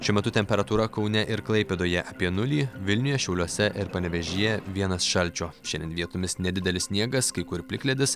šiuo metu temperatūra kaune ir klaipėdoje apie nulį vilniuje šiauliuose ir panevėžyje vienas šalčio šiandien vietomis nedidelis sniegas kai kur plikledis